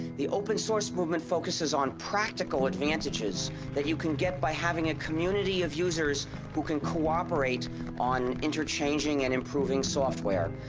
the open source movement, focuses on practical advantages that you can get by having a community of users who can cooperate on interchanging and improving software.